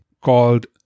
called